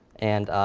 and